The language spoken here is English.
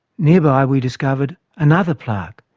nearby we discovered another plaque.